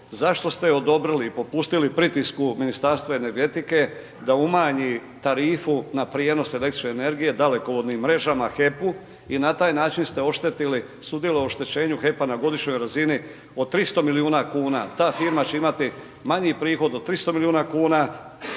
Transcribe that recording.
zašto ste odobrili i popustili pritisku Ministarstvu energetike da umanji tarifu na prijenos električne energije, dalekovodnim mrežama, HEP-u i na taj način ste oštetili, sudjelovali u oštećenju HEP-a na godišnjoj razini od 300 milijuna kuna. Ta firma će imati manji prihod od 300 milijuna kuna,